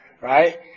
Right